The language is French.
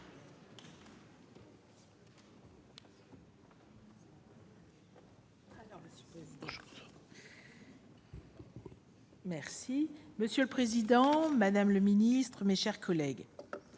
Grand. Monsieur le président, madame la ministre, mes chers collègues,